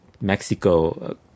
Mexico